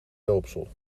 doopsel